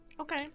Okay